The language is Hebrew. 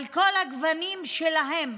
על כל הגוונים שלהן,